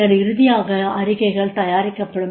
பின்னர் இறுதியாக அறிக்கைகள் தயாரிக்கப்படும்